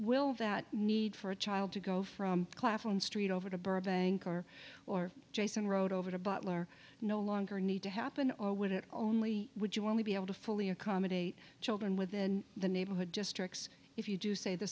will that need for a child to go from class one street over to burbank or or jason road over the butler no longer need to happen or would it only would you want to be able to fully accommodate children within the neighborhood districts if you do say the